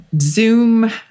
Zoom